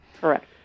Correct